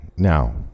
Now